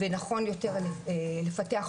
אלא נכון יותר לפתח לומדה.